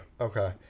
Okay